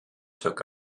took